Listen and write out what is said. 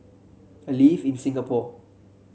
I live in Singapore